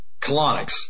colonics